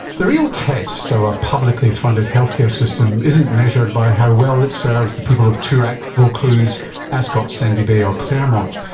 the real test of a publicly funded healthcare system isn't measured by how well it serves the people of toorak, vaucluse, ascot, ascot, sandy bay or claremont.